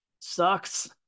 sucks